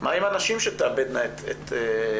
מה עם הנשים שתאבדנה את חייהן?